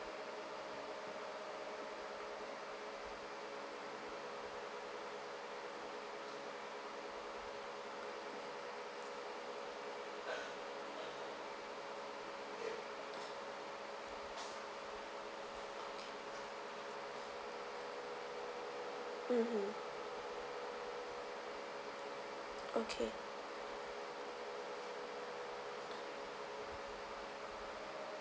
mmhmm okay